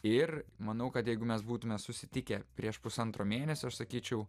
ir manau kad jeigu mes būtume susitikę prieš pusantro mėnesio aš sakyčiau